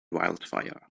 wildfire